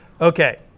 Okay